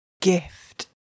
gift